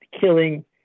killing